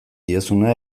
diezuna